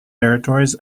territories